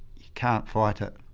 can't fight it.